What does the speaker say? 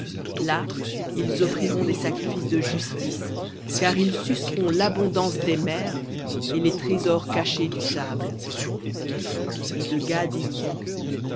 là ils offriront des sacrifices de justice car ils suceront l'abondance des mers et les trésors cachés du sable et de gad il dit